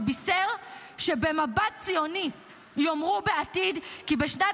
שבישר שבמבט ציוני יאמרו בעתיד כי בשנת